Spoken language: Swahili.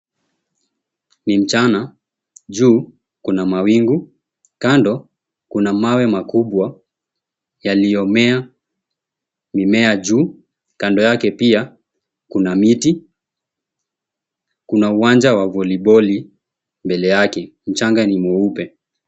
Ni mchana. Juu kuna mawingu. Kando kuna mawe makubwa yaliyomea mimea juu. Kando yake pia kuna miti. Kuna uwanja wa voliboli mbele yake. Mchanga ni mweupe.